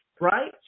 right